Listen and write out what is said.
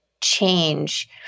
change